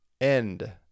end